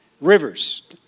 Rivers